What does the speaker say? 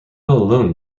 alone